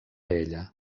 ella